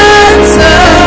answer